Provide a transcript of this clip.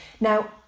Now